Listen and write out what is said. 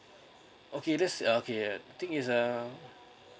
okay that's uh okay I think is uh